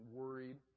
worried